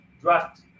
draft